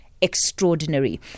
extraordinary